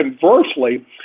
conversely